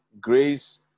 grace